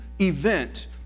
event